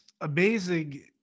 amazing